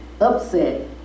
upset